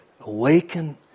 Awaken